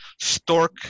stork